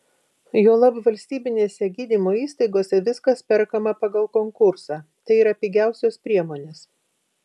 juolab valstybinėse gydymo įstaigose viskas perkama pagal konkursą tai yra pigiausios priemonės